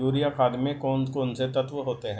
Urea खाद में कौन कौन से तत्व होते हैं?